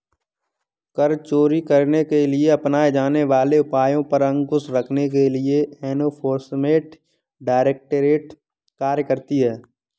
कर चोरी करने के लिए अपनाए जाने वाले उपायों पर अंकुश रखने के लिए एनफोर्समेंट डायरेक्टरेट कार्य करती है